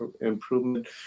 improvement